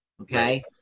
okay